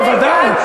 שוויון, בוודאי.